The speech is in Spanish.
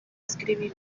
escribir